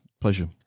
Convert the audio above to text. Pleasure